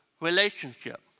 relationship